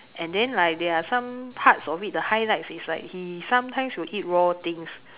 and then like there are some parts of it the highlights is like he sometimes will eat raw things